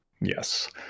Yes